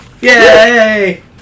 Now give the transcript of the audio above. Yay